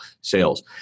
sales